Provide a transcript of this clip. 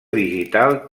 digital